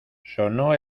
sonó